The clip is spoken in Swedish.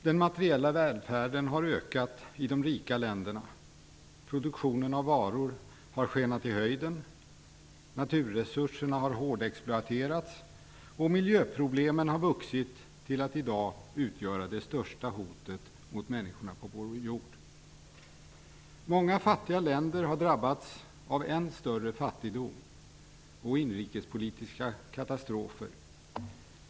Den materiella välfärden har ökat i de rika länderna, produktionen av varor har skenat i höjden, naturresurserna har hårdexploaterats och miljöproblemen har vuxit till att i dag utgöra det största hotet mot människorna på vår jord. Många fattiga länder har drabbats av än större fattigdom och inrikespolitiska katastrofer.